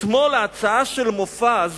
אתמול ההצעה של מופז